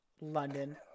London